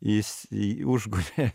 jis jį užgožė